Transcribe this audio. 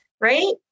right